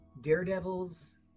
Daredevil's